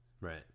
Right